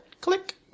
Click